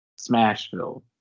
Smashville